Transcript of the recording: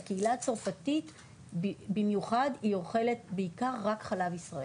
הקהילה הצרפתית במיוחד היא אוכלת בעיקר רק חלב ישראל.